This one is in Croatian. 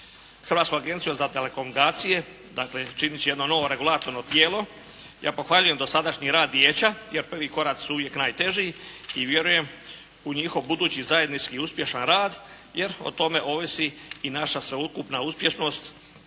Hrvatskom agencijom za telekomunikacije, dakle činit će jedno novo regulatorno tijelo. Ja pohvaljujem dosadašnji rad Vijeća, jer prvi koraci su uvijek najteži i vjerujem u njihov budući zajednički uspješan rad, jer o tome ovisi i naša sveukupna uspješnost